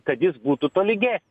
kad jis būtų tolyge